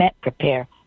prepare